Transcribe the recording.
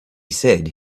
said